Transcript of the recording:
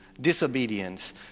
disobedience